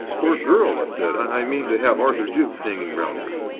poor girl! i said. i mean, to have arthur jukes hanging round her.